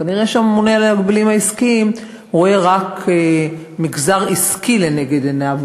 כנראה הממונה על ההגבלים העסקיים רואה רק מגזר עסקי לנגד עיניו,